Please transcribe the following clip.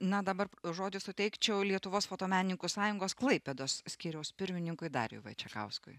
na dabar žodį suteikčiau lietuvos fotomenininkų sąjungos klaipėdos skyriaus pirmininkui dariui vaičekauskui